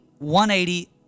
180